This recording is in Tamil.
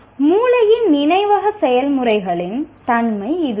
மூளையின் நினைவக செயல்முறைகளின் தன்மை இதுதான்